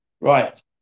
Right